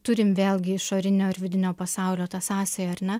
turim vėlgi išorinio ir vidinio pasaulio tą sąsają ar ne